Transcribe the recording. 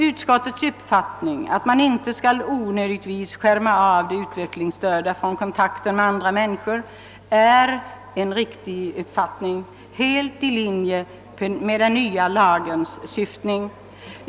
Utskottets uppfattning att man inte onödigtvis skall skärma av de utvecklingsstörda från kontakten med andra människor är riktig och ligger helt i linje med den nya lagens syftning.